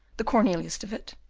the cornelius de witt,